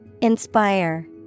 Inspire